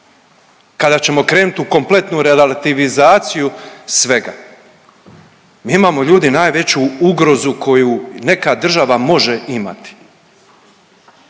Kada ćemo krenut u kompletnu relativizaciju svega. Mi imamo ljudi najveću ugrozu koju neka država može imati.